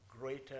greater